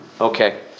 Okay